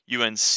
UNC